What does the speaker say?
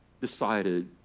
decided